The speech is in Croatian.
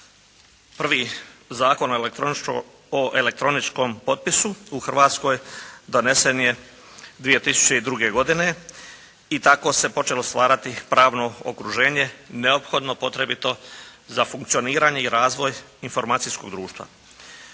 Prvi Zakon o elektroničkom potpisu u Hrvatskoj donesen je 2002. godine i tako se počelo stvarati pravno okruženje neophodno potrebito za funkcioniranje i razvoj informacijskog društva.